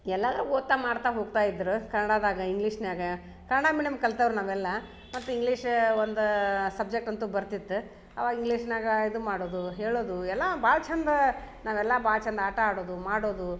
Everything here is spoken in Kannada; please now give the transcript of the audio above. ಎಲ್ಲಾದ್ರಾಗ್ ಓದ್ತಾ ಮಾಡ್ತಾ ಹೋಗ್ತಾ ಇದ್ರು ಕನ್ನಡದಾಗ ಇಂಗ್ಲೀಷ್ನ್ಯಾಗ ಕನ್ನಡ ಮೀಡಿಯಮ್ ಕಲ್ತವ್ರು ನಾವೆಲ್ಲ ಮತ್ತು ಇಂಗ್ಲೀಷ್ ಒಂದು ಸಬ್ಜೆಕ್ಟ್ ಅಂತು ಬರ್ತಿತ್ತು ಅವಾಗ ಇಂಗ್ಲೀಷ್ನಾಗ ಇದು ಮಾಡೋದು ಹೇಳೋದು ಎಲ್ಲಾ ಭಾಳ ಚಂದಾ ನಾವೆಲ್ಲ ಭಾಳ ಚಂದ ಆಟ ಆಡೋದು ಮಾಡೋದು